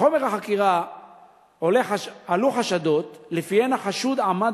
מחומר החקירה עלו חשדות שלפיהם החשוד עמד